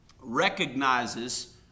recognizes